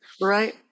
Right